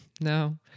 no